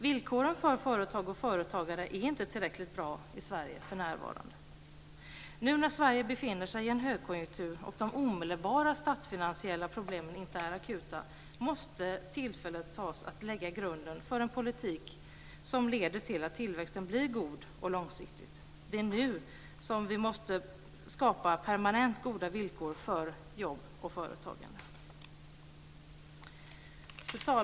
Villkoren för företag och företagande är inte tillräckligt bra i Sverige för närvarande. Nu när Sverige befinner sig i en högkonjunktur och de omedelbara statsfinansiella problemen inte är akuta måste tillfället tas att lägga grunden för en politik som leder till att tillväxten blir god och långsiktig. Det är nu som vi måste skapa permanent goda villkor för jobb och företagande. Fru talman!